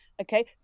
Okay